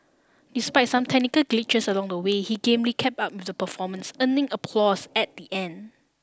despite some technical glitches along the way he gamely kept up with the performance earning applause at the end